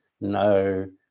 no